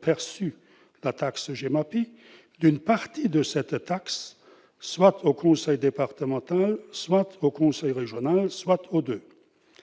perçu la taxe GEMAPI d'une partie de cette taxe, soit au conseil départemental, soit au conseil régional, soit aux deux.